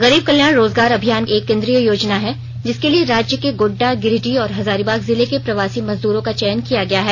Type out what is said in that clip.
गरीब कल्याण रोजगार अभियान एक केंद्रीय योजना है जिसके लिए राज्य के गोड्डा गिरिडीह और हजारीबाग जिले के प्रवासी मजदूरों का चयन किया गया है